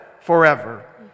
forever